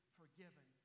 forgiven